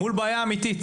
מול בעיה אמיתית.